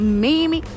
mimi